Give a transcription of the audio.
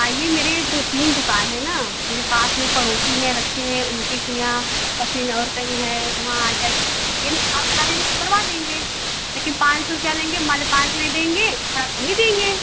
आइए मेरी दो तीन दुकान है ना मेरे पास में एक पड़ोसी हैं अच्छे हैं उनका किया और फिर और कहीं है वहाँ आ जाइए लेकिन आप आइए हम करवा देंगे लेकिन पाँच सौ रुपये लेंगे हम मान ले पाँच सौ दे देंगे और आप हमें देंगे